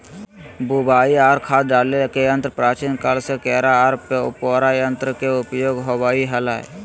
बुवाई आर खाद डाले के यंत्र प्राचीन काल से केरा आर पोरा यंत्र के उपयोग होवई हल